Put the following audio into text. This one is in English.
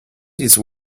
these